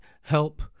help